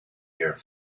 here